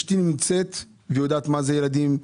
אשתי נמצאת ויודעת מה זה ילדים.